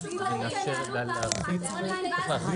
אם תנהלו פעם אחת אונליין אז תבינו.